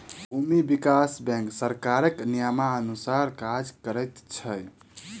भूमि विकास बैंक सरकारक नियमानुसार काज करैत छै